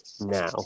now